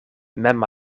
mem